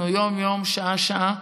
אנחנו יום-יום, שעה-שעה,